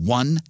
one